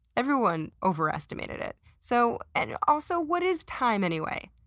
everyone overestimated it. so and also, what is time anyway?